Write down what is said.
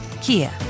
Kia